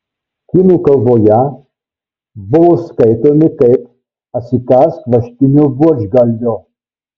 kinų kalboje buvo skaitomi kaip atsikąsk vaškinio buožgalvio